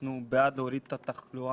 אנחנו בעד להוריד את התחלואה,